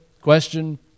Question